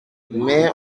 mais